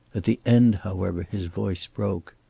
at the end, however, his voice broke.